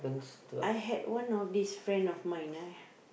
I had one of this friend of mine ah